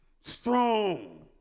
strong